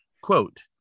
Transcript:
quote